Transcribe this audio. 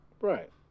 Right